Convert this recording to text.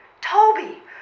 Toby